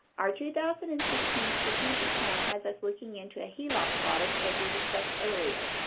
our two thousand and sixteen strategic plan has us looking into a heloc product, as we discussed earlier.